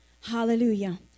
Hallelujah